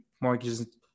mortgages